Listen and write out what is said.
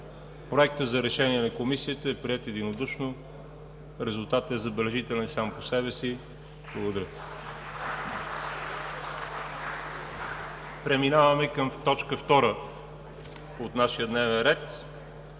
Проектът за решение на Комисията е приет единодушно. Резултатът е забележителен сам по себе си. Благодаря. (Ръкопляскания.) Преминаваме към точка осма от нашия дневен ред: